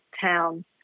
town